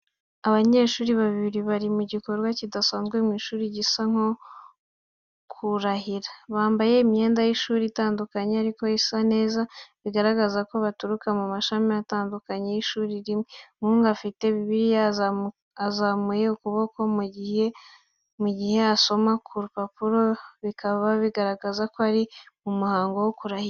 Abanyeshuri babiri bari mu gikorwa kidasanzwe mu ishuri, gisa nko kurahira. Bambaye imyenda y’ishuri itandukanye ariko isa neza, bigaragaza ko baturuka mu mashami atandukanye y’ishuri rimwe. Umuhungu afite Bibiliya, azamuye ukuboko, mu gihe asoma ku rupapuro, bikaba bigaragaza ko ari mu muhango wo kurahira.